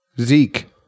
Zeke